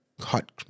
hot